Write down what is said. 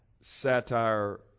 satire